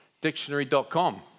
Dictionary.com